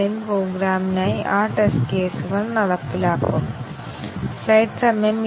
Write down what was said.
അതിനാൽ ഒരു പ്രോഗ്രാമിലെ ലീനിയർ ഇൻഡിപെൻഡെന്റ് പാത്ത് ഉൾക്കൊള്ളുക എന്നതാണ് ഞങ്ങളുടെ ആവശ്യം